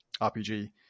RPG